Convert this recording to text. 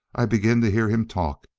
i begin to hear him talk!